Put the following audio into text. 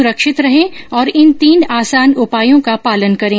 सुरक्षित रहें और इन तीन आसान उपायों का पालन करें